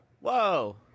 Whoa